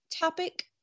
topic